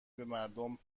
بمردم